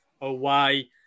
away